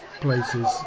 places